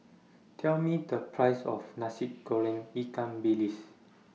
Tell Me The Price of Nasi Goreng Ikan Bilis